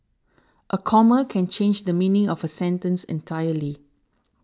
a comma can change the meaning of a sentence entirely